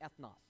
ethnos